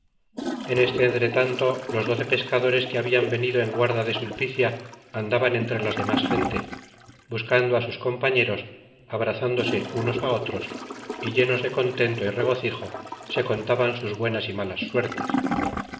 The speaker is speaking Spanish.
en este entretanto los doce pescadores que habian venido en guarda de sulpicia andaban entre la demas gente buscando a sus compañeros abrazándose unos a otros y llenos de contento content from google book search generated at sas y regocijo se contaban sus buenas y malas suertes